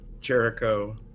Jericho